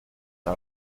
are